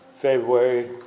February